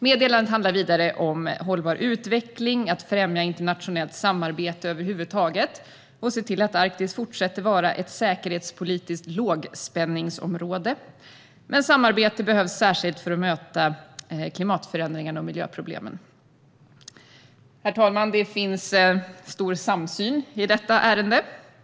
Meddelandet handlar vidare om hållbar utveckling, om att främja internationellt samarbete över huvud taget och om att se till att Arktis fortsätter att vara ett säkerhetspolitiskt lågspänningsområde. Men samarbete behövs särskilt för att möta klimatförändringarna och miljöproblemen. Herr talman! Det finns en stor samsyn i detta ärende.